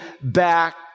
back